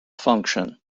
function